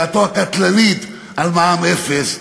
דעתו הקטלנית על מע"מ אפס,